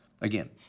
Again